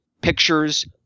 pictures